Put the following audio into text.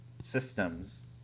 systems